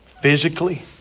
physically